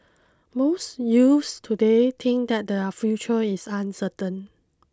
most youths today think that their future is uncertain